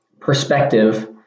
perspective